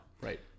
Right